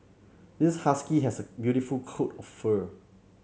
this husky has a beautiful coat of fur